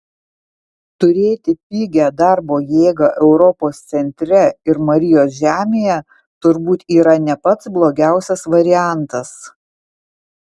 turėti pigią darbo jėgą europos centre ir marijos žemėje turbūt yra ne pats blogiausias variantas